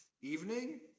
evening